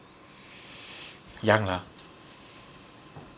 young ah